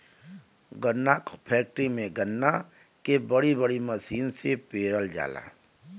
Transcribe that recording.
गन्ना क फैक्ट्री में गन्ना के बड़ी बड़ी मसीन से पेरल जाला